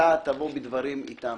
אתה תבוא בדברים אתם.